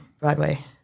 Broadway